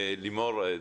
לימור,